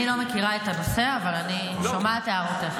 אני לא מכירה את הנושא, אבל אני שומעת את הערותיך.